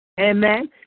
Amen